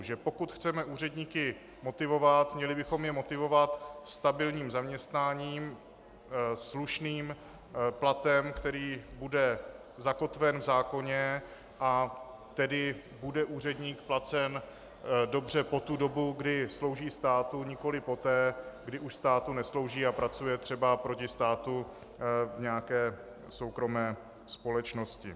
Že pokud chceme úředníky motivovat, měli bychom je motivovat stabilním zaměstnáním, slušným platem, který bude zakotven v zákoně, a tedy bude úředník placen dobře po tu dobu, kdy slouží státu, nikoliv poté, kdy už státu neslouží a pracuje třeba proti státu v nějaké soukromé společnosti.